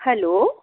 hello